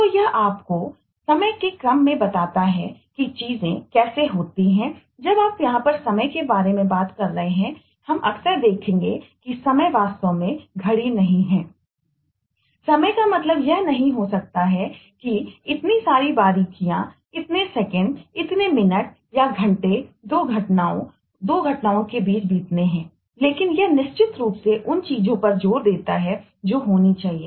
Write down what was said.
तो यह आपको समय के क्रम में बताता है की चीजें कैसे होती हैं जब आप यहां पर समय के बारे में बात कर रहे हैं हम अक्सर देखते हैं देखेंगे कि समय वास्तव में घड़ी नहीं है समय का मतलब यह नहीं हो सकता है कि इतनी सारी बारीकियाँ इतने सेकंड इतने मिनट या घंटे दो घटनाओं दो घटनाओं के बीच बीतने हैं लेकिन यह निश्चित रूप से उन चीजों पर जोर देता है जो होनी चाहिए